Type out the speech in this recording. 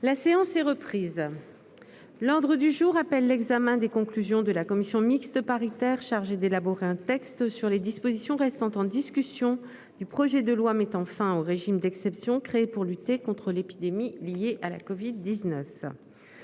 La séance est reprise. L'ordre du jour appelle l'examen des conclusions de la commission mixte paritaire chargée d'élaborer un texte sur les dispositions restant en discussion du projet de loi mettant fin aux régimes d'exception créés pour lutter contre l'épidémie liée à la covid-19